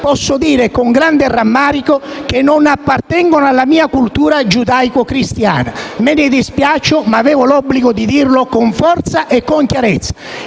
posso dire con grande rammarico che non appartengono alla mia cultura giudaico-cristiana. Me ne dispiaccio, ma avevo l'obbligo di dirlo con forza e con chiarezza.